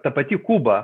ta pati kuba